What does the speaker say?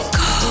go